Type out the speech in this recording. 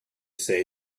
say